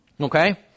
Okay